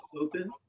open